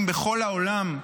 אם בכל העולם,